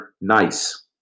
nice